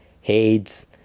Hades